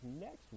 next